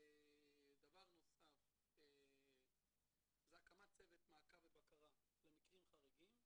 דבר נוסף זה הקמת צוות מעקב ובקרה למקרים חריגים.